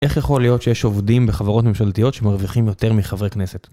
איך יכול להיות שיש עובדים בחברות ממשלתיות שמרוויחים יותר מחברי כנסת?